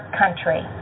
country